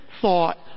thought